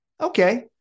okay